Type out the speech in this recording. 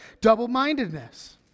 double-mindedness